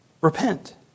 repent